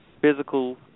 physical